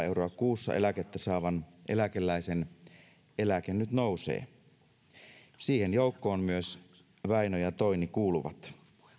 euroa kuussa eläkettä saavan eläkeläisen eläke nyt nousee siihen joukkoon myös väinö ja toini kuuluvat